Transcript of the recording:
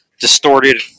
distorted